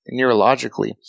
neurologically